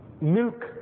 milk